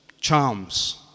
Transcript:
charms